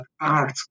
art